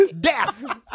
Death